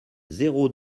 zéro